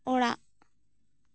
ᱚᱲᱟᱜ